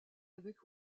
avec